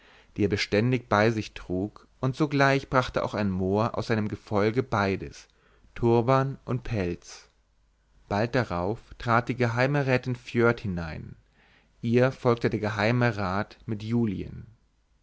die er beständig bei sich trug und sogleich brachte auch ein mohr aus seinem gefolge beides turban und pelz bald darauf trat die geheime rätin foerd hinein ihr folgte der geheime rat mit julien